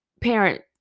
parent